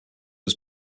was